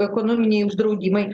ekonominiai uždraudimai